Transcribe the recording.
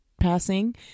passing